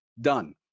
done